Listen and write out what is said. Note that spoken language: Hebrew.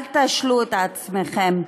אל תשלו את עצמכם,